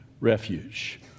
refuge